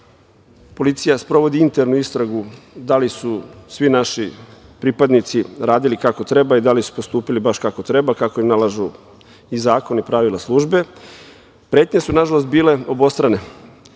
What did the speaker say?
policija sprovodi internu istragu da li su svi naši pripadnici radili kako treba i da li su postupili baš kako treba, kako im nalažu i zakon i pravila službe. Pretnje su nažalost bile obostrane